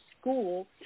school